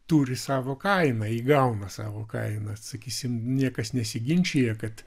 turi savo kainą įgauna savo kainą sakysim niekas nesiginčija kad